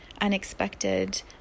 unexpected